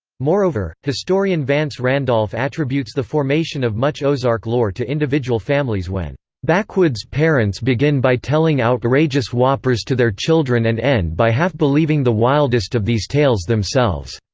moreover, historian vance randolph attributes the formation of much ozark lore to individual families when backwoods parents begin by telling outrageous whoppers to their children and end by half believing the wildest of these tales themselves.